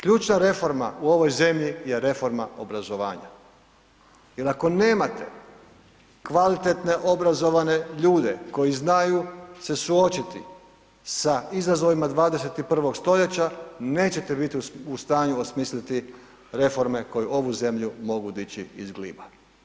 Ključna reforma u ovoj zemlji je reforma obrazovanja, jer ako nemate kvalitetne obrazovane ljude, koji znaju se suočiti sa izazovima 21. stoljeća i nećete biti u stanju osmisliti reforme koju ovu zemlju mogu dići iz gliba.